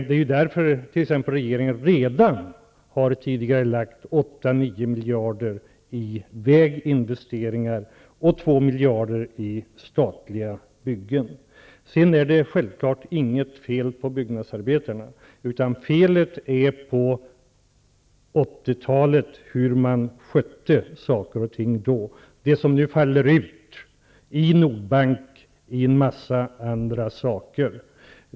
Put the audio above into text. Det är därför som regeringen redan har tidigarelagt 8--9 Det är självfallet inte något fel på byggnadsarbetarna. Det som är fel är det sätt på vilket man skötte saker och ting på 80-talet. Det är detta som nu har lett till problemen i Nordbanken och på en mängd andra områden. Under denna tid satt inte vi i regeringen.